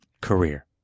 career